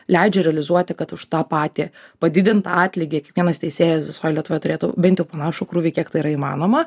leidžia realizuoti kad už tą patį padidintą atlygį kiekvienas teisėjas visoj lietuvoj turėtų bent jau panašų krūvį kiek tai yra įmanoma